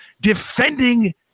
defending